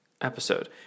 episode